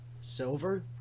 Silver